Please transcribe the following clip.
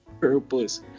purpose